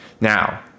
Now